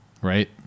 Right